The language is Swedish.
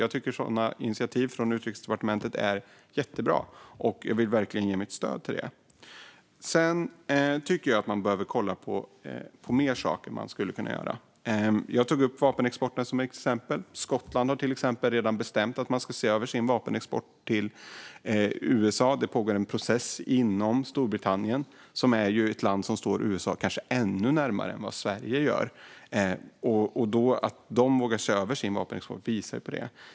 Jag tycker att sådana initiativ från Utrikesdepartementet är jättebra och vill verkligen ge mitt stöd till det. Sedan tycker jag att man behöver kolla på mer saker man skulle kunna göra. Jag tog upp vapenexporten, och till exempel Skottland har redan bestämt att man ska se över sin vapenexport till USA. Det pågår en process inom Storbritannien, som ju är ett land som kanske står USA ännu närmare än vad Sverige gör. Att de vågar se över sin vapenexport visar att det går.